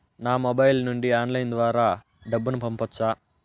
నా మొబైల్ నుండి ఆన్లైన్ ద్వారా డబ్బును పంపొచ్చా